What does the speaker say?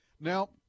Now